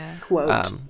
Quote